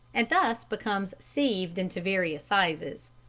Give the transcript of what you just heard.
and thus becomes sieved into various sizes.